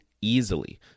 easily